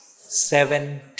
seven